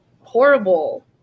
horrible